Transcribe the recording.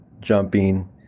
jumping